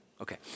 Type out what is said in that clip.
Okay